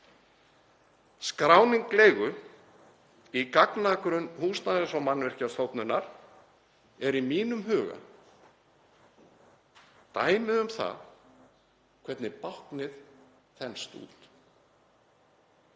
Skráning leigu í gagnagrunn Húsnæðis- og mannvirkjastofnunar er í mínum huga dæmi um það hvernig báknið þenst út.